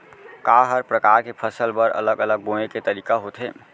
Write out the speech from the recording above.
का हर प्रकार के फसल बर अलग अलग बोये के तरीका होथे?